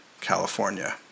California